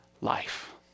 life